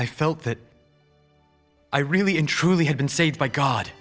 i felt that i really in truly had been saved by god